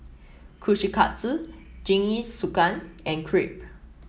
Kushikatsu Jingisukan and Crepe